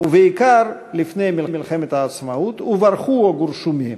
ובעיקר לפני מלחמת העצמאות, וברחו או גורשו מהם.